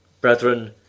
Brethren